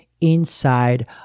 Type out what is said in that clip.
inside